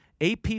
AP